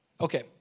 Okay